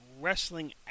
wrestling